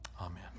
Amen